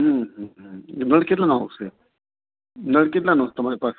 હં એ ભળ કેટલાનો આવશે નળ કેટલાનો છે તમારી પાસે